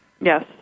Yes